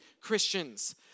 christians